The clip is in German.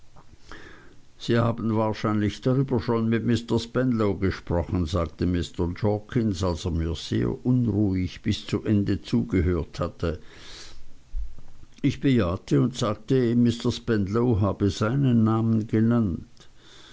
sie haben wahrscheinlich darüber schon mit mr spenlow gesprochen sagte mr jorkins als er mir sehr unruhig bis zu ende zugehört hatte ich bejahte und sagte ihm mr spenlow habe seinen namen genannt